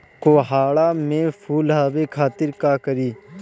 कोहड़ा में फुल आवे खातिर का करी?